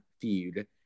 feud